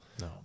No